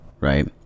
right